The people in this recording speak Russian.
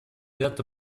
ряд